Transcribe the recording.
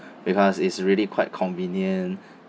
because it's really quite convenient